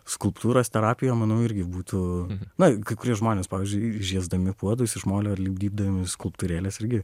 skulptūros terapija manau irgi būtų na kai kurie žmonės pavyzdžiui žiesdami puodus iš molio lipdydami skulptūrėles irgi